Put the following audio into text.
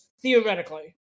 theoretically